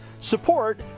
support